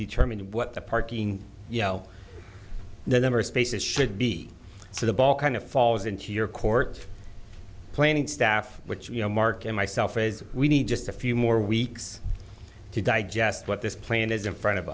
determine what the parking yell the number of spaces should be so the ball kind of falls into your court planning staff which you know mark and myself as we need just a few more weeks to digest what this plan is in front of